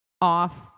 off